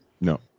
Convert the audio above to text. No